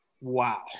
Wow